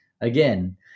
Again